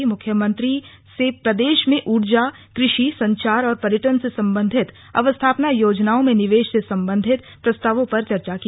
उन्होंने मुख्यमंत्री से प्रदेश में ऊर्जा कृषि संचार और पर्यटन से सम्बन्धित अवस्थापना योजनाओं में निवेश से सम्बन्धित प्रस्तावों पर चर्चा की